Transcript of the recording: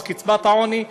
קצבת העוני,